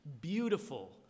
Beautiful